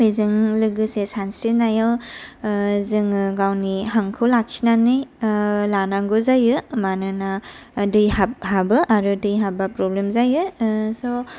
बेजों लोगोसे सानस्रिनायाव जोंङो गावनि हांखौ लाखिनानै लानांगौ जायो मानोना दै हाबो आरो दै हाबबा प्रोब्लेम जायो स'